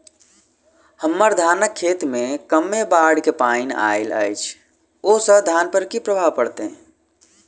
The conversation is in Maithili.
हम्मर धानक खेत मे कमे बाढ़ केँ पानि आइल अछि, ओय सँ धान पर की प्रभाव पड़तै?